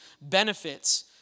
benefits